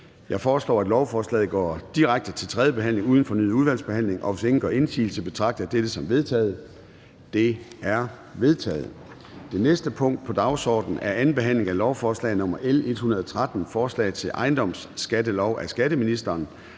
Jeg foreslår, at lovforslaget går direkte til tredje behandling uden fornyet udvalgsbehandling. Hvis ingen gør indsigelse, betragter jeg dette som vedtaget. Det er vedtaget. --- Det næste punkt på dagsordenen er: 25) 2. behandling af lovforslag nr. L 113: Forslag til ejendomsskattelov. Af skatteministeren